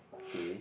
okay